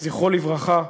זכרו לברכה,